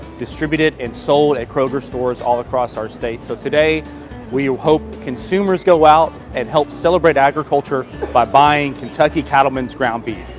distributed and sold at kroger stores all across our state. so, today we hope consumers go out and help celebrate agriculture by buying kentucky cattlemen's ground beef.